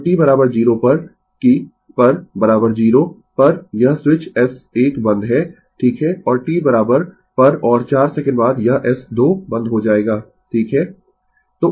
तो t 0 पर कि पर 0 पर यह स्विच S1 बंद है ठीक है और t पर और 4 सेकंड बाद यह S 2 बंद हो जाएगा ठीक है